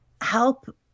help